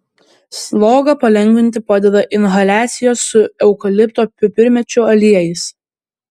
slogą palengvinti padeda inhaliacijos su eukalipto pipirmėčių aliejais